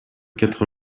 quatre